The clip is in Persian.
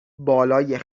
بالای